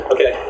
Okay